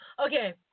okay